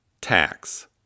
tax